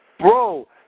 Bro